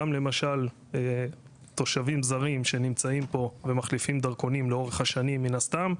גם למשל תושבים זרים שנמצאים פה ומחליפים דרכונים לאורך השנים מן הסתם,